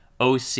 OC